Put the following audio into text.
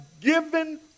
given